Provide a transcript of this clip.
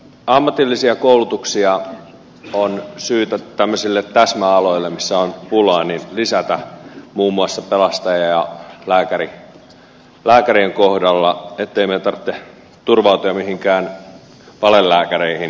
ammatillisia koulutuksia on syytä tämmöisille täsmäaloille missä on pulaa lisätä muun muassa pelastajien ja lääkärien kohdalla ettei meidän tarvitse turvautua mihinkään valelääkäreihin